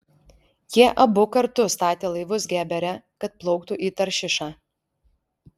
jie abu kartu statė laivus gebere kad plauktų į taršišą